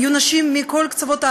היו נשים מכל קצוות הארץ,